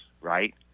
right